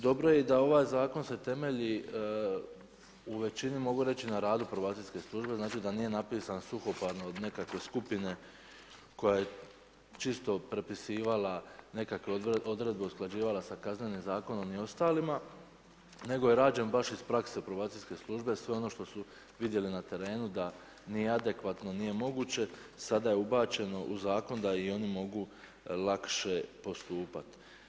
Dobro je i da ovaj zakon se temelji u većini, mogu reći na radu probacijske službe, znači da nije napisan suhoparno od nekakve skupine koja je čisto prepisivala nekakve odredbe, usklađivala sa Kaznenim zakonom i ostalima, nego je rađen baš iz prakse probacijske službe, sve ono što su vidjeli na terenu da nije adekvatno, nije moguće, sada je ubačeno u zakon da i oni mogu lakše postupati.